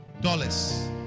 dollars